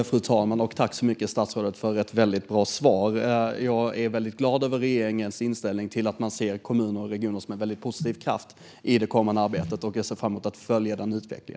Fru talman! Jag tackar statsrådet för ett väldigt bra svar. Jag är väldigt glad över regeringens inställning och att man ser kommuner och regioner som en väldigt positiv kraft i det kommande arbetet. Och jag ser fram emot att följa denna utveckling.